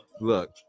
Look